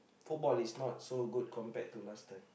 football is not so good compared to last time